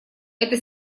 это